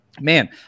man